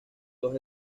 dos